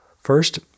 First